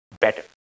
better